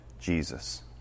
Jesus